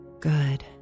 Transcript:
good